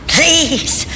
Please